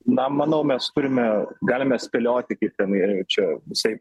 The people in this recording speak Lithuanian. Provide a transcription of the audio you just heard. na manau mes turime galime spėlioti kaip ten ir čia visaip